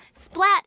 Splat